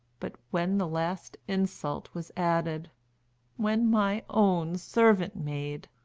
but when the last insult was added when my own servant-maid